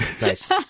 nice